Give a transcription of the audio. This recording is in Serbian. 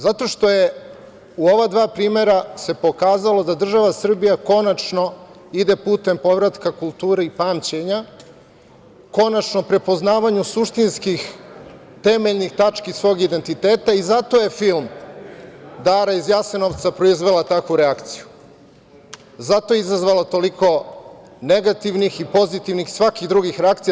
Zato što se u ova dva primera pokazalo da država Srbija, konačno ide putem povratka kulturi pamćenja, konačno prepoznavanju suštinskih, temeljnih tački svog identiteta i zato je film „Dara iz Jasenovca“ proizvela takvu reakciju, zato je izazvala toliko negativnih i pozitivnih, svakih drugih reakcija.